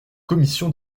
commission